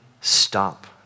stop